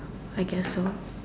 I guess so